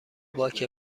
باک